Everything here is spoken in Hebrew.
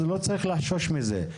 לא צריך לחשוש מזה.